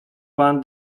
pan